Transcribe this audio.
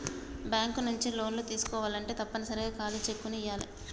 bank నుంచి లోన్లు తీసుకోవాలంటే తప్పనిసరిగా ఖాళీ చెక్కుని ఇయ్యాలే